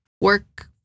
work